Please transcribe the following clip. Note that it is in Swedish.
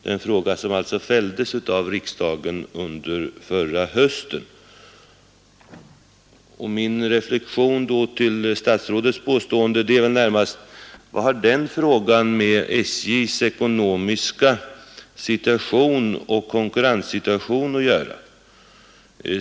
Förslaget i den frågan fälldes ju av riksdagen förra hösten Min reflexion till statsrådets påstående är väl närmast: Vad har den frågan med SJ:s ekonomiska situation och konkurrenssituation att göra?